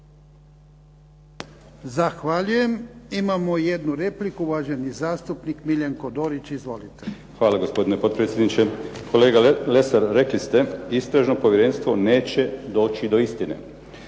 Zahvaljujem. Imamo jednu repliku, uvaženi zastupnik Miljenko Dorić. Izvolite. **Dorić, Miljenko (HNS)** Hvala gospodine potpredsjedniče. Kolega Lesar rekli ste, istražno povjerenstvo neće doći do istine.